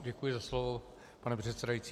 Děkuji za slovo, pane předsedající.